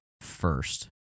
first